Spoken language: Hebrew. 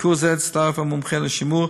לביקור זה הצטרף המומחה לשימור,